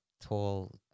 tall